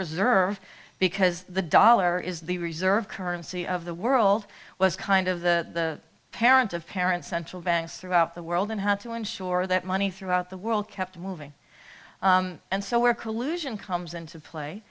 reserve because the dollar is the reserve currency of the world was kind of the parent of parents central banks throughout the world and how to ensure that money throughout the world kept moving and so where collusion comes into